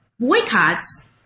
boycotts